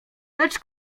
lecz